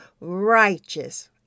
righteous